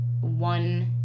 one